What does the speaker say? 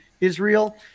israel